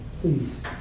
Please